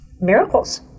miracles